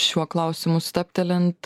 šiuo klausimu stabtelint